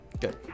Good